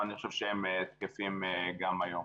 אבל אני חושב שהם תקפים גם היום.